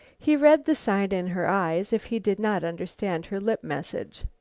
he read the sign in her eyes if he did not understand her lip-message.